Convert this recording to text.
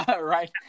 right